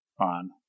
on